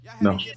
No